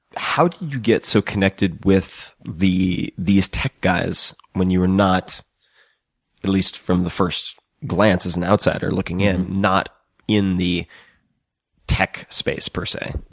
how did you get so connected with these tech guys when you are not at least from the first glance as an outsider looking in, not in the tech space per say?